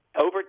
Over